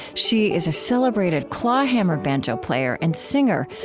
she is a celebrated clawhammer banjo player and singer,